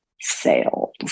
sales